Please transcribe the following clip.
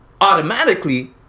automatically